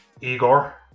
Igor